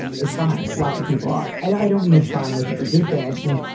it's fine. lots of people are. i don't i don't mean it's fine. like it's a good thing. i just mean,